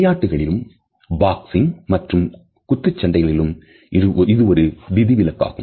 விளையாட்டுகளிலும் boxing மற்றும் குத்துச்சண்டை களிலும் இது ஒரு விதிவிலக்காகும்